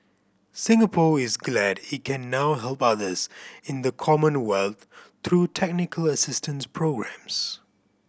Singapore is glad it can now help others in the Commonwealth through technical assistance programmes